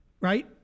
Right